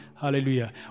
hallelujah